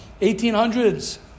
1800s